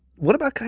what about,